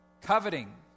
coveting